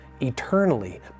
eternally